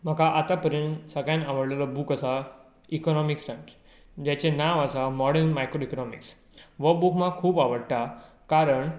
म्हाका आतां परेन सगल्यांत आवडलेलो बूक आसा इकोनोमिकीस टायम्स ताचें नांव आसा मोडर्न मायक्रोइकोनोमिक्स हो बूक म्हाका खूब आवडटा कारण